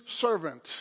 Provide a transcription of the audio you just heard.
servant